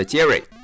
Jerry